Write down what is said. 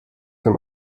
dem